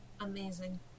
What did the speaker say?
Amazing